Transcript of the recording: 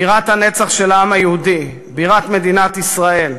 בירת הנצח של העם היהודי ובירת מדינת ישראל.